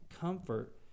comfort